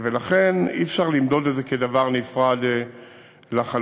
לכן אי-אפשר למדוד את זה כדבר נפרד לחלוטין.